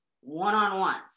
one-on-ones